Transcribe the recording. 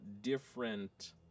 different